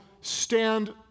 stand